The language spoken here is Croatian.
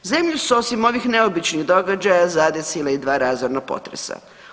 Zemlju su osim ovih neobičnih događaja zadesila i dva razorna potresa.